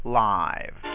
live